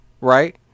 right